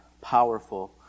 powerful